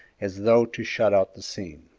as though to shut out the scene.